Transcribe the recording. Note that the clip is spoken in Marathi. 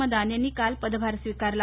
मदान यांनी काल पदभार स्वीकारला